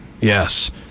Yes